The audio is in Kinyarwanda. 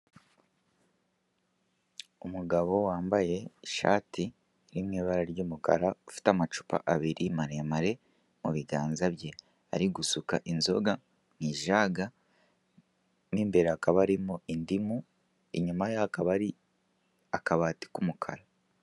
Umugabo wambaye ishati iri mu ibara ry'umukara ufite amacupa abiri maremare mu biganza bye ari gusuka inzoga mu ijaga mu imbere hakaba harimo indimu inyuma ye hakaba hari akabati k'umukara.